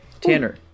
Tanner